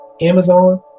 Amazon